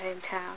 hometown